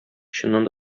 чыннан